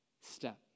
step